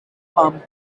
palm